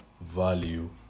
value